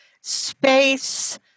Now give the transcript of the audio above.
space